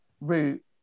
route